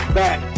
back